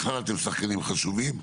בכלל אתם שחקנים חשובים.